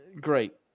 great